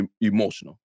emotional